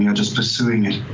you know just pursuing it,